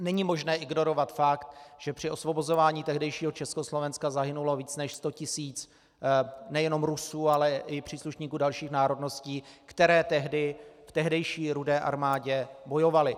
Není možné ignorovat fakt, že při osvobozování tehdejšího Československa zahynulo více než sto tisíc nejenom Rusů, ale i příslušníků dalších národností, které tehdy v tehdejší Rudé armádě bojovali.